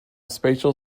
spatial